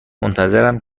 منتظرم